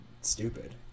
stupid